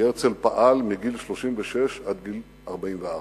כי הרצל פעל מגיל 36 עד גיל 44,